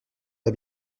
pas